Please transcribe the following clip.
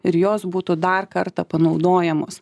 ir jos būtų dar kartą panaudojamos